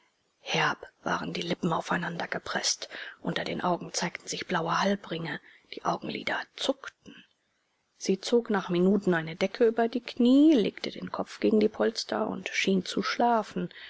herb waren die lippen aufeinandergepreßt unter den augen zeigten sich blaue halbringe die augenlider zuckten sie zog nach minuten eine decke über die knie lehnte den kopf gegen die polster und schien zu schlafen